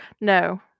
No